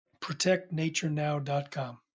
protectnaturenow.com